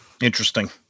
Interesting